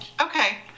Okay